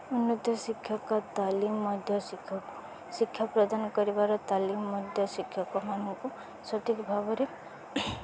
ଉନ୍ନତ ଶିକ୍ଷକ ତାଲିମ ମଧ୍ୟ ଶିକ୍ଷକ ଶିକ୍ଷା ପ୍ରଦାନ କରିବାର ତାଲିମ ମଧ୍ୟ ଶିକ୍ଷକମାନଙ୍କୁ ସଠିକ୍ ଭାବରେ